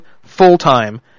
full-time